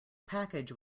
package